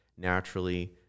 naturally